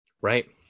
Right